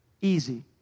easy